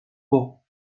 beau